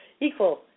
equal